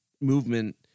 movement